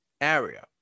area